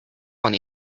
one